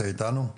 בבקשה,